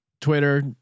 Twitter